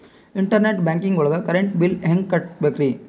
Internet banking ಒಳಗ್ current bill ಹೆಂಗ್ ಕಟ್ಟ್ ಬೇಕ್ರಿ?